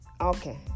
Okay